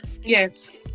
yes